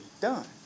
done